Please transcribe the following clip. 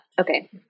Okay